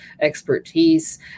expertise